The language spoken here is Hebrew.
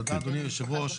תודה אדוני היושב ראש.